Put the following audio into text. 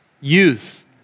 youth